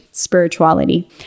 spirituality